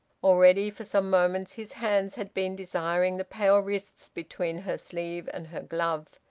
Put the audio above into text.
already for some moments his hands had been desiring the pale wrists between her sleeve and her glove.